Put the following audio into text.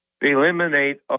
eliminate